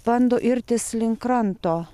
bando irtis link kranto